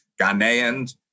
Ghanaians